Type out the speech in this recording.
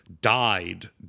died